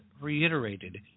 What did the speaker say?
reiterated